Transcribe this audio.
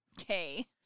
Okay